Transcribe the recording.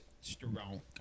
strong